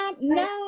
no